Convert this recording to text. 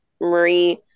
Marie